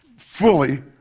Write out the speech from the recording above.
Fully